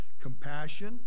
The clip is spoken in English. compassion